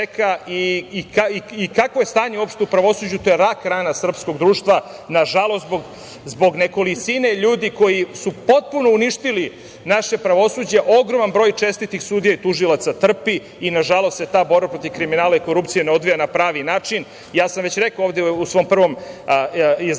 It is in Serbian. i kako je stanje uopšte u pravosuđu, to je rak rana srpskog društva. Nažalost, zbog nekolicine ljudi koji su potpuno uništili naše pravosuđe, ogroman broj čestitih sudija i tužilaca trpi i nažalost se ta borba protiv kriminala i korupcije ne odvija na pravi način. Ja sam već rekao ovde u svom prvom izlaganju